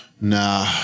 Nah